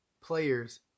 players